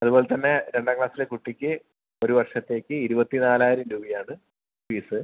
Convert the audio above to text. അതുപോലെത്തന്നെ രണ്ടാം ക്ലാസ്സിലെ കുട്ടിക്ക് ഒരു വർഷത്തേക്ക് ഇരുപത്തി നാലായിരം രൂപ ആണ് ഫീസ്